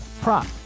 prop